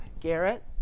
Garrett